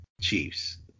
Chiefs